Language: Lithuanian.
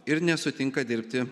ir nesutinka dirbti